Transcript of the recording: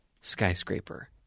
Skyscraper